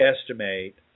estimate